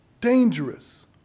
dangerous